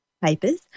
papers